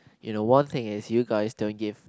you know one thing is you guys don't give